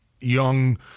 young